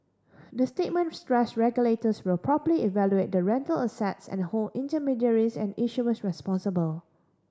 the statement stressed regulators will properly evaluate the rental assets and hold intermediaries and issuers responsible